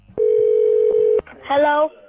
Hello